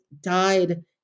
died